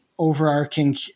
overarching